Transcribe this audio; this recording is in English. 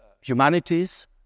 humanities